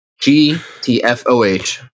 G-T-F-O-H